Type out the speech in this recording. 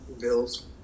Bills